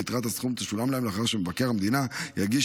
ויתרת הסכום תשולם להם לאחר שמבקר המדינה יגיש